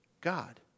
God